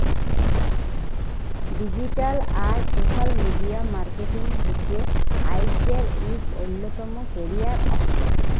digital আর social media marketing হছে আইজকের ইক অল্যতম ক্যারিয়ার অপসল